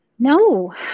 No